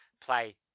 play